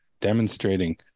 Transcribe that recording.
demonstrating